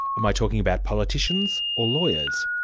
am i talking about politicians, or lawyers?